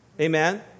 Amen